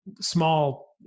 small